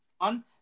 on